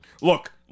Look